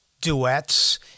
duets